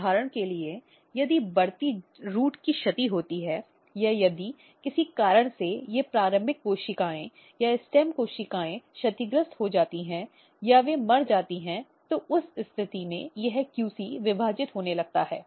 उदाहरण के लिए यदि बढ़ती रूट की क्षति होती है या यदि किसी कारण से ये प्रारंभिक कोशिकाएं या स्टेम कोशिकाएं क्षतिग्रस्त हो जाती हैं या वे मर जाती हैं तो उस स्थिति में यह QC विभाजित होने लगता हैहै